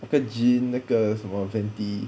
那个 jean 那个什么 venti